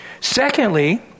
Secondly